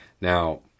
Now